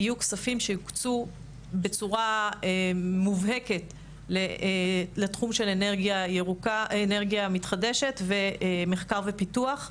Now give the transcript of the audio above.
יהיו כספים שיוקצו בצורה מובהקת לתחום של אנרגיה מתחדשת ומחקר ופיתוח.